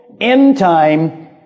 end-time